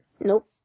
Nope